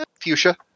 fuchsia